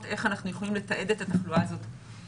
איך אנחנו יכולים לתעד את התחלואה הזאת.